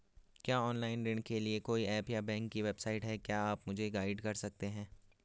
क्या ऑनलाइन ऋण के लिए कोई ऐप या बैंक की वेबसाइट है क्या आप मुझे गाइड कर सकते हैं?